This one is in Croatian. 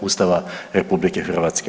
Ustava RH.